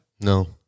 No